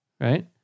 Right